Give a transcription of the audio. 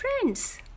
friends